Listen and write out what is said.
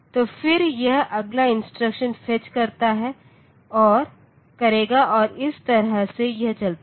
तो फिर यह अगला इंस्ट्रक्शन फेच करेगा और इस तरह से यह चलता है